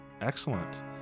Excellent